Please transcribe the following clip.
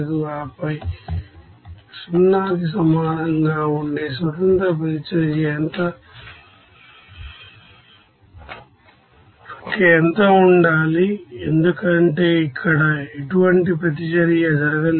ఆపై 0 కి సమానంగా ఉండే ఇండిపెండెంట్ రియాక్షన్ సంఖ్య ఎంత ఉండాలి ఎందుకంటే ఇక్కడ ఎటువంటి ప్రతిచర్య జరగలేదు